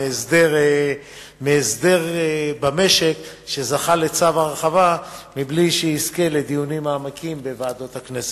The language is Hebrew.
מהסדר במשק שזכה לצו הרחבה מבלי שיזכה לדיונים מעמיקים בוועדות הכנסת.